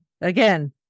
Again